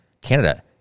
Canada